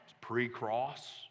pre-cross